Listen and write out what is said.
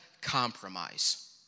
compromise